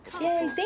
Yay